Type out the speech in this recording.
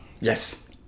Yes